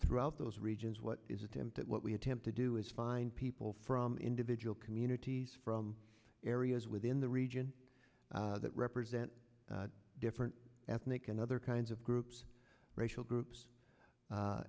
throughout those regions what is attempt that what we attempt to do is find people from individual communities from areas within the region that represent different ethnic and other kinds of groups racial groups a